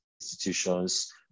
institutions